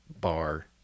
bar